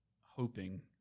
hoping